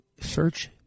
search